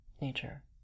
nature